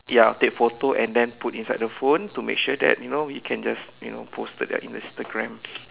ya I'll take photo and then put inside the phone to make sure that you know you can just you know post to their Instagram